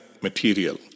material